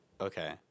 Okay